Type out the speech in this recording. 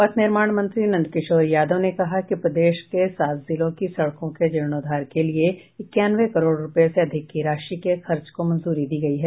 पथ निर्माण मंत्री नंदकिशोर यादव ने कहा कि प्रदेश के सात जिलों की सड़कों के जीर्णोद्वार के लिए इकानवे करोड़ रुपये से अधिक की राशि के खर्च को मंजूरी दी गई है